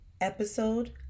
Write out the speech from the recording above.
episode